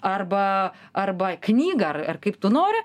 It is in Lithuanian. arba arba knygą ar ar kaip tu nori